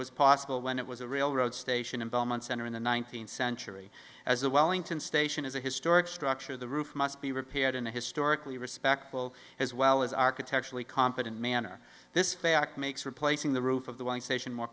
was possible when it was a railroad station in belmont center in the nineteenth century as the wellington station is a historic structure the roof must be repaired in a historically respectful as well as architecturally competent manner this fact makes replacing the roof of the one station more